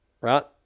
right